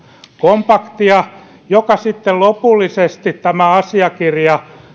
kompaktia ja sitten lopullisesti tämä asiakirja